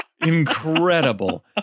Incredible